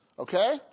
Okay